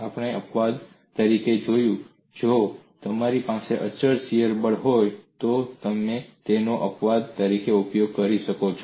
આપણે અપવાદ તરીકે જોયું જો તમારી પાસે અચળ શીયર બળ હોય તો તમે તેનો અપવાદ તરીકે ઉપયોગ કરી શકો છો